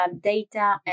data